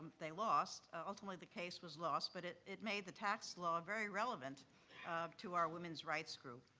they lost. ultimately, the case was lost. but it it made the tax law very relevant to our women's rights group.